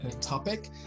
topic